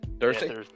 Thursday